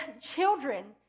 children